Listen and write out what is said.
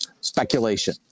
speculation